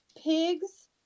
pigs